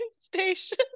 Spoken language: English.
station